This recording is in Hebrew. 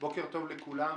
בוקר טוב לכולם.